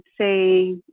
say